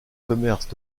commerces